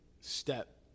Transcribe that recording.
step